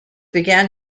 began